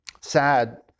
sad